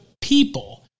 people